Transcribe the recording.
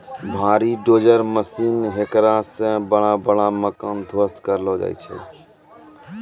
भारी dozer machine हेकरा से बड़ा बड़ा मकान ध्वस्त करलो जाय छै